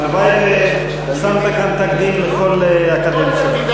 הלוואי ששמת כאן תקדים לכל הקדנציה.